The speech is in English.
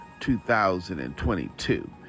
2022